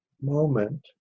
moment